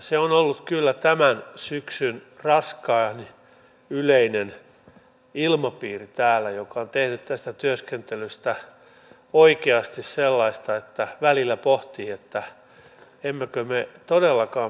se on ollut kyllä tämän syksyn raskaan yleinen ilmapiiri täällä joka on tehnyt tästä työskentelystä oikeasti sellaista että välillä pohtii emmekö me todellakaan pysty parempaan